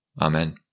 Amen